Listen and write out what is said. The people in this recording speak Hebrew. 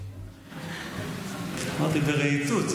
אמרתי "ברהיטות".